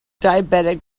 diabetic